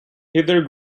hither